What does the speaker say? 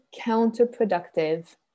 counterproductive